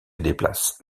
déplace